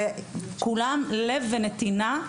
וכולם לב ונתינה.